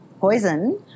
poison